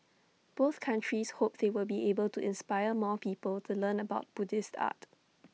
both countries hope they will be able to inspire more people to learn about Buddhist art